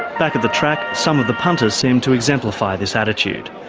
back at the track, some of the punters seem to exemplify this attitude.